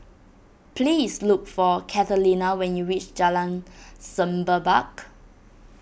please look for Catalina when you reach Jalan Semerbak